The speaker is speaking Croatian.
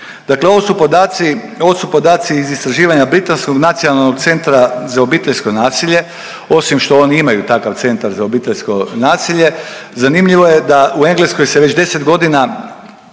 Dakle, ovo su podaci iz istraživanja britanskog Nacionalnog centra za obiteljsko nasilje, osim što oni imaju takav centar za obiteljsko nasilje, zanimljivo je da u Engleskoj se već deset godina